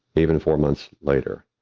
even four months later.